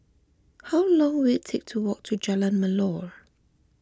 how long will it take to walk to Jalan Melor